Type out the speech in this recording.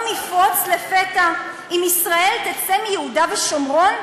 יפרוץ לפתע אם ישראל תצא מיהודה ושומרון?